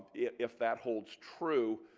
yeah if that holds true